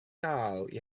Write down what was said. gael